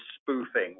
spoofing